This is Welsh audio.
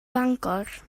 fangor